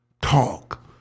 Talk